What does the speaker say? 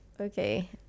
Okay